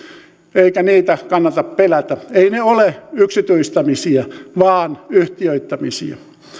eikä niitä kannata pelätä eivät ne ole yksityistämisiä vaan yhtiöittämisiä